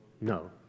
no